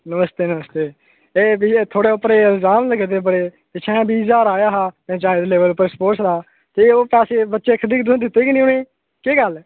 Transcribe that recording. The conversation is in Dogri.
नमस्ते नमस्ते एह् भैया थुहाड़े पर इल्जाम लग्गे दे बड़े पिच्छें जेहा बीह् ज्हार आया हा पंचैत लेवल पर स्पोर्टस दा ते ओह् पैसे बच्चें खेढनै आस्तै तुसें दित्ते गै नेईं केह् गल्ल